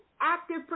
active